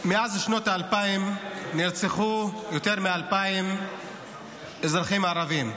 מאז שנות האלפיים נרצחו יותר מ-2,000 אזרחים ערבים,